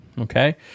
Okay